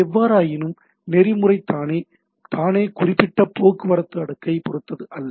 எவ்வாறாயினும் நெறிமுறை தானே குறிப்பிட்ட போக்குவரத்து அடுக்கைப் பொறுத்தது அல்ல